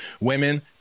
women